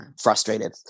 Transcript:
frustrated